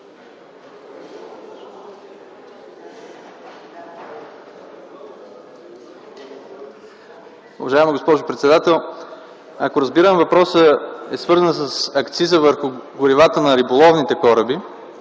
Уважаема госпожо председател! Ако разбирам въпроса, той е свързан с акциза върху горивата на риболовните кораби,